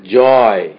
joy